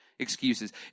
excuses